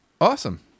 Awesome